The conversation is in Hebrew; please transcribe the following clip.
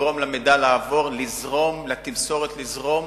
לגרום למידע לעבור, לזרום, לתמסורת לזרום